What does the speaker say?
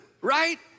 right